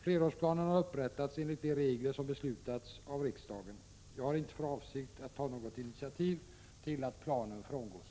Flerårsplanen har upprättats enligt de regler som beslutats av riksdagen. Jag har inte för avsikt att ta något initiativ till att planen frångås.